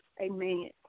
Amen